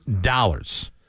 dollars